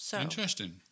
Interesting